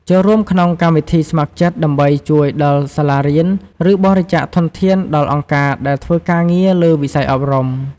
ចូលរួមក្នុងកម្មវិធីស្ម័គ្រចិត្តដើម្បីជួយដល់សាលារៀន ឬបរិច្ចាគធនធានដល់អង្គការដែលធ្វើការងារលើវិស័យអប់រំ។